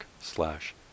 slash